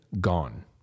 gone